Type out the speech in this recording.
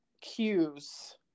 cues